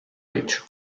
hecho